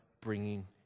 bringing